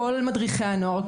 כל מדריכי הנוער,